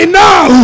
now